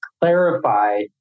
clarify